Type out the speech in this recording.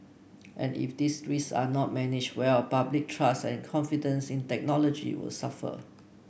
and if these risks are not managed well public trust and confidence in technology will suffer